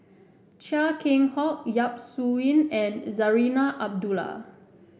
Chia Keng Hock Yap Su Yin and Zarinah Abdullah